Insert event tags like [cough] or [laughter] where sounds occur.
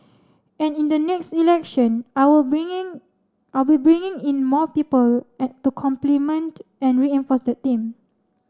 and in the next election I will bringing I will bringing in more people [hesitation] to complement and reinforce that team